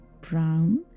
brown